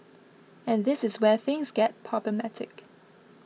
and this is where things get problematic